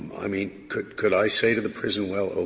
i mean, could could i say to the prison, well,